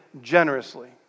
generously